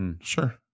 Sure